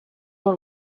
will